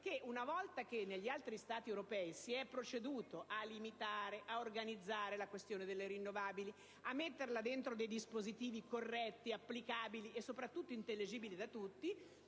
le società straniere. Negli altri Stati europei si è preceduto a limitare e a organizzare la questione delle rinnovabili e ad inserirla all'interno di dispositivi corretti, applicabili e soprattutto intelligibili da tutti;